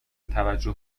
توجه